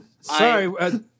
sorry